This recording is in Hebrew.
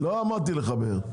לא אמרתי לחבר.